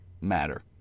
matter